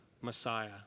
Messiah